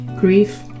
Grief